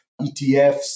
ETFs